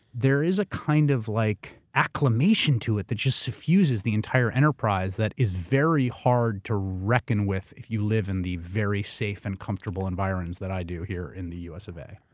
there is a kind of like acclimation to it that just suffuses the entire enterprise that is very hard to reckon with if you live in the very safe and comfortable environs that i do here in the u. of a.